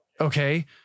Okay